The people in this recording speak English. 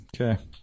Okay